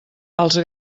els